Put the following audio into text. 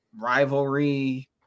rivalry